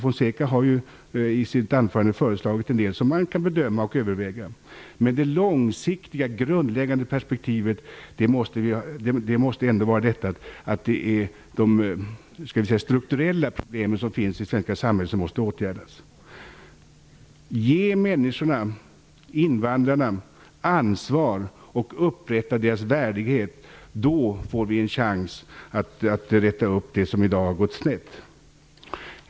Fonseca har ju i sitt anförande kommit med en del förslag som man kan bedöma och överväga. Men det långsiktiga grundläggande perspektivet måste ändå vara att åtgärda de strukturella problemen i det svenska samhället. Ge människorna, invandrarna, ansvar och upprätta deras värdighet! Då får vi en chans att rätta upp det som i dag har gått snett.